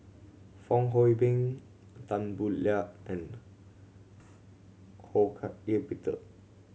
Fong Hoe Beng Tan Boo Liat and Ho Hak Ean Peter